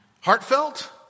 Heartfelt